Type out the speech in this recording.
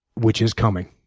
which is coming,